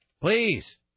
please